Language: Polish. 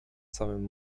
samym